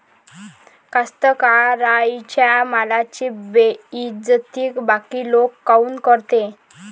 कास्तकाराइच्या मालाची बेइज्जती बाकी लोक काऊन करते?